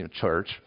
church